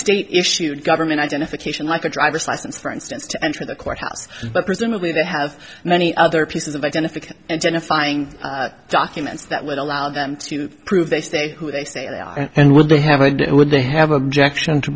state issued government identification like a driver's license for instance to enter the courthouse but presumably they have many other pieces of identification and jenna finding documents that would allow them to prove they say who they say they are and will they have it would they have objection to